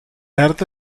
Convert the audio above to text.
arte